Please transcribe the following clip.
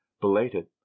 belated